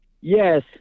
Yes